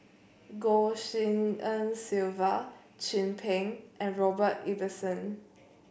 Goh Tshin En Sylvia Chin Peng and Robert Ibbetson